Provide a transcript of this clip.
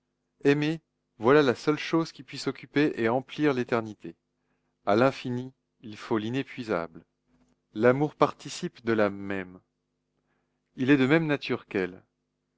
aimer voilà la seule chose qui puisse occuper et emplir l'éternité à l'infini il faut l'inépuisable l'amour participe de l'âme même il est de même nature qu'elle